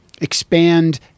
expand